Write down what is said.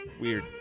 Weird